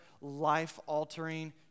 life-altering